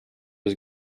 was